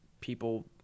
people